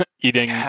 eating